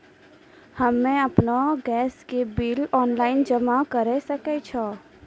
हम्मे आपन गैस के बिल ऑनलाइन जमा करै सकै छौ?